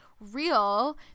real